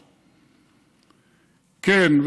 כן,